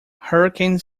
hurricane